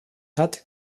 hat